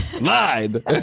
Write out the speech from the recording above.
lied